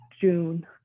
June